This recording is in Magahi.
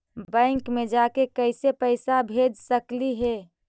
बैंक मे जाके कैसे पैसा भेज सकली हे?